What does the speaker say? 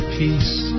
peace